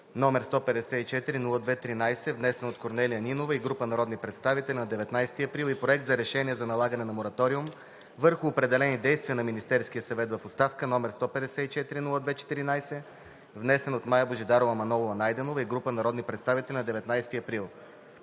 № 154-02-13, внесен от Корнелия Петрова Нинова и група народни представители на 19 април 2021 г. и Проект на решение за налагане на мораториум върху определени действия на Министерския съвет в оставка, № 154-02-14, внесен от Мая Божидарова Манолова-Найденова и група народни представители на 19 април